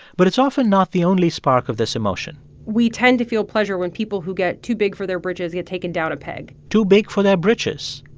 but it's often not the only spark of this emotion we tend to feel pleasure when people who get too big for their britches get taken down a peg too big for their britches.